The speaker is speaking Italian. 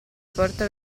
porta